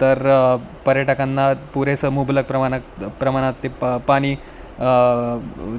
तर पर्यटकांना पुरेसं मुबलक प्रमाणात प्रमाणात ते प पाणी